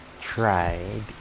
tried